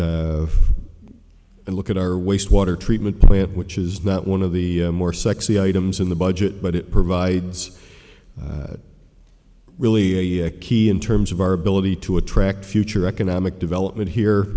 it and look at our wastewater treatment plant which is that one of the more sexy items in the budget but it provides really key in terms of our ability to attract future economic development here